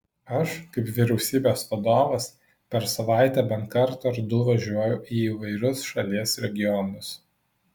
aš kaip vyriausybės vadovas per savaitę bent kartą ar du važiuoju į įvairius šalies regionus